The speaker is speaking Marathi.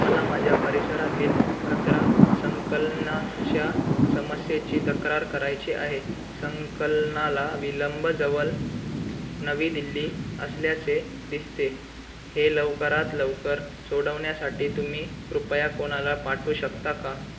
मला माझ्या परिसरातील कचरा संकलनाच्या समस्येची तक्रार करायची आहे संकलनाला विलंब जवळ नवी दिल्ली असल्याचे दिसते हे लवकरात लवकर सोडवण्यासाठी तुम्ही कृपया कोणाला पाठवू शकता का